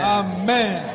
amen